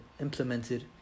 implemented